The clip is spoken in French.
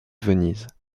venise